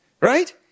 right